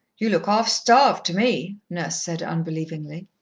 you look half-starved, to me, nurse said unbelievingly.